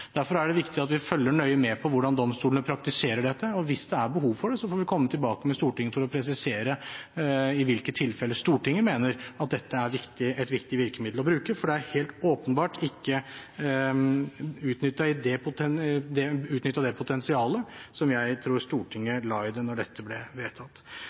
Derfor er det viktig at vi følger nøye med på hvordan domstolene praktiserer dette. Hvis det er behov for det, får vi komme tilbake med det til Stortinget, for å presisere i hvilke tilfeller Stortinget mener at dette er et viktig virkemiddel å bruke. For det potensialet som jeg tror Stortinget la i det da dette ble vedtatt, er helt åpenbart ikke utnyttet. Kort innom representanten Toppe, som